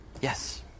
Yes